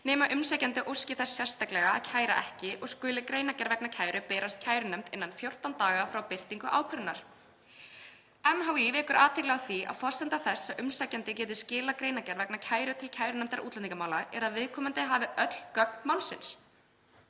nema umsækjandi óski þess sérstaklega að kæra ekki og skuli greinargerð vegna kæru berast kærunefnd innan 14 daga frá birtingu ákvörðunar. MHÍ vekur athygli á því að forsenda þess að umsækjandi geti skilað greinargerð vegna kæru til kærunefndar útlendingamála er að viðkomandi hafi öll gögn málsins.